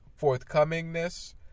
forthcomingness